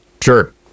sure